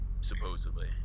supposedly